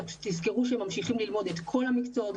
תזכרו שהם ממשיכים ללמוד את כל המקצועות,